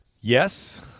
yes